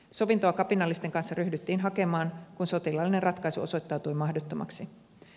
sovintoa kapinallisten kanssa ryhdyttiin hakemaan kun sotilaallinen ratkaisu osoittautui mahdottomaksi